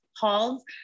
halls